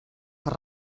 per